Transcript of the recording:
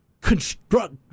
Construct